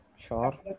sure